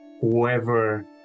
whoever